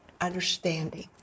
understanding